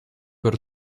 per